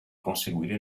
conseguire